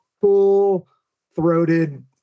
full-throated